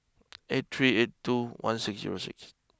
eight three eight two one six zero six